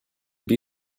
bee